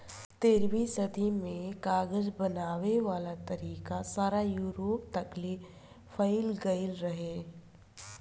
तेरहवीं सदी में कागज बनावे वाला तरीका सारा यूरोप तकले फईल गइल रहे